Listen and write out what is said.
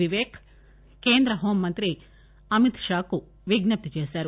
విపేక్ కేంద్ర హోంమంత్రి అమిత్షాకు విజ్ఞప్తి చేశారు